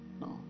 no